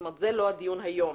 זה לא הדיון היום,